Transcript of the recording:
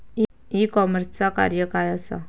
E कॉमर्सचा कार्य काय असा?